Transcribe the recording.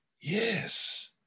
yes